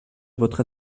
votre